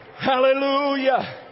Hallelujah